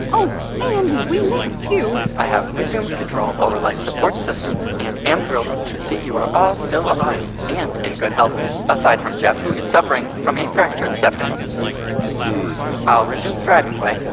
oh andi, we've missed you i have resumed control over life support systems and am thrilled to see you are ah still alive and in good health aside from geoff who is suffering from a fractured septum suffering indeed i'll resume driving, wei.